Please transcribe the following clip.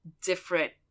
different